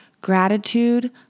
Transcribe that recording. Gratitude